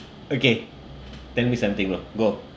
okay tell me something loh bro